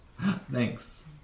thanks